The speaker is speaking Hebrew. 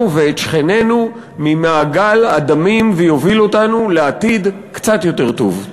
ואת שכנינו ממעגל הדמים ויוביל אותנו לעתיד קצת יותר טוב.